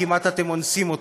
אתם כמעט אונסים אותו.